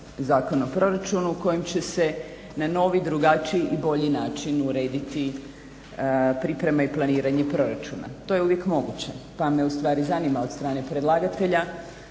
Zakon o proračunu kojim će se na novi, drugačiji i bolji način urediti pripreme i planiranje proračuna. To je uvijek moguće pa me ustvari zanima od strane predlagatelja